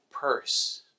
purse